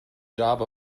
job